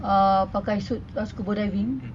uh pakai suit scuba diving